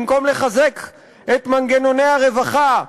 במקום לחזק את מנגנוני הרווחה,